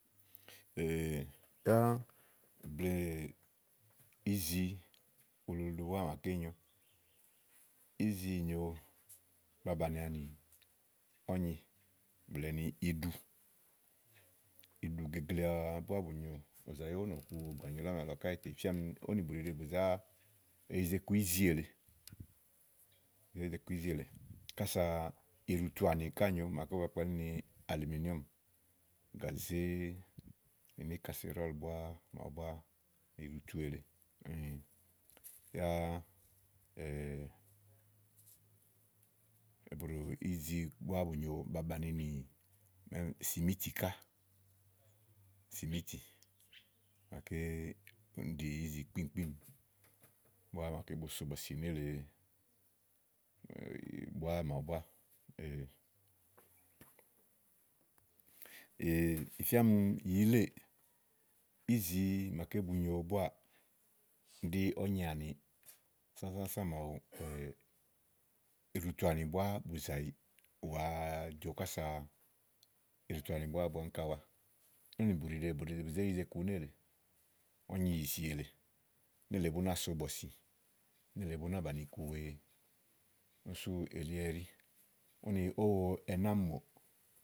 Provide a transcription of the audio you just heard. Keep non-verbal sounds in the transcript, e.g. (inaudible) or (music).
(hesitation) yáá blɛ̀ɛ íze uluulu búá maaké nyo ízi nyòo ba bànià nì ɔ̀nyi blɛ̀ɛ ni iɖu ìɖu geglea búá bù nyo, ú zàyi ówò nɔ̀ku ògò ànyì lɔ ámi álɔ káèè tè ì fía ɔmi ówó nì bùɖìɖe bù zá eyize iku ízi èle eyize iku ízi èle kása iɖutu àni ká nyòo màaké ówó ba kpalí ni àlù mìnìɔ̀mù gàzé nì níì kàsèɖɔ̀lù màa wu búá ibutu èle. yáá (hesitation) ízi búá bu nyo ba bàni nì sìmìtì ká sìmìtì màaké úni ɖi ízi kpíìmkpíìm búá màaké bo so bɔ̀sì nélèe (hesitation) búá màawu búá ì fía ɔmi yìíléè ízi màaké bu nyo búáá ɖí ɔnyi àni sásásã màawu (hesitation) ɖutu àni búá bù zàyiì ù wa jo kása iɖutu àni búá bu áŋka wa ówò nì bùɖìɖe bù zé yize iku nélèe, ɔ̀nyi ìzi èle, nélèe búnáa so bɔ̀sì nélèe bú náa bàni iku wèe úni sú elí ɛɖí, úni ówo ɛnɛ́ àámi mò.